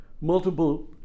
multiple